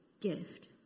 gift